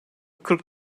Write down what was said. kırk